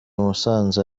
musanze